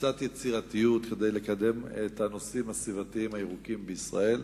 וקצת יצירתיות כדי לקדם את הנושאים הסביבתיים-הירוקים בישראל.